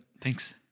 Thanks